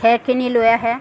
খেৰখিনি লৈ আহে